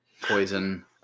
poison